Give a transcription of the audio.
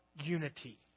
unity